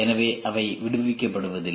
எனவே அவை விடுவிக்கப்படுவதில்லை